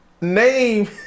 name